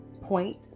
Point